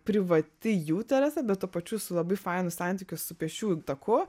privati jų terasa bet tuo pačiu su labai fainu santykiu su pėsčiųjų taku